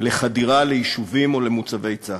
לחדירה ליישובים או למוצבי צה"ל,